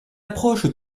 approche